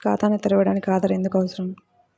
ఖాతాను తెరవడానికి ఆధార్ ఎందుకు అవసరం?